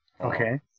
okay